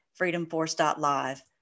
freedomforce.live